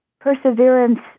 perseverance